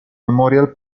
memorial